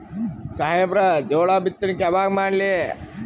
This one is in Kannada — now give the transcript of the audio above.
ಸಾಹೇಬರ ಜೋಳ ಬಿತ್ತಣಿಕಿ ಯಾವಾಗ ಮಾಡ್ಲಿ?